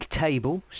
table